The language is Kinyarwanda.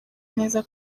neza